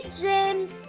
dreams